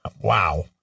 Wow